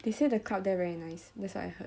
they say the club there very nice that's what I heard